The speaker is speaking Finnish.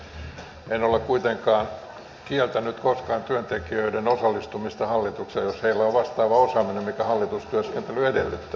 en ole kuitenkaan kieltänyt koskaan työntekijöiden osallistumista hallitukseen jos heillä on vastaava osaaminen mitä hallitustyöskentely edellyttää